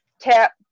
tap